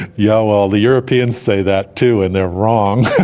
yeah well, the europeans say that too and they are wrong.